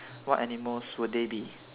what animals would they be